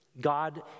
God